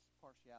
partiality